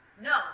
No